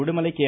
Udumalai K